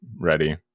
ready